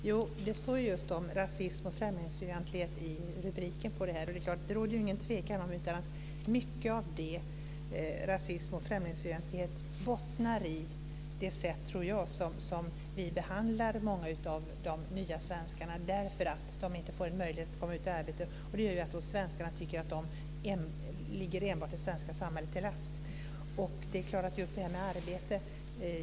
Herr talman! Det står just om rasism och främlingsfientlighet i rubriken. Det råder ingen tvekan om att mycket av det bottnar i det sätt som vi behandlar många av de nya svenskarna på. De får ingen möjlighet att komma ut i arbete, och det gör att svenskarna tycker att de enbart ligger det svenska samhället till last.